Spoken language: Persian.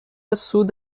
سود